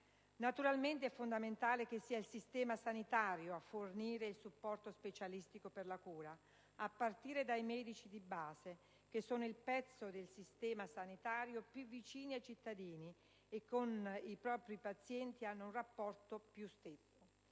Naturalmente è fondamentale che sia il sistema sanitario a fornire il supporto specialistico per la cura, a partire dai medici di base, che sono il pezzo del sistema sanitario più vicino ai cittadini e che con i propri pazienti hanno un rapporto più stretto.